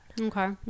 Okay